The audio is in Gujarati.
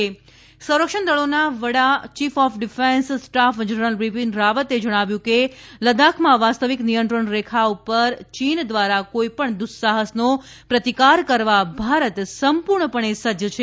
બિપિન રાવત ચીન સંરક્ષણ દળોના વડા chief of defence staff general Bipin રાવતે જણાવ્યું છે કે લડાખમાં વાસ્તવિક નિયંત્રણ રેખા ઉપર ચીન દ્વારા કોઈપણ દુઃસાહસનો પ્રતિકાર કરવા ભારત સંપૂર્ણ પણે સજ્જ છે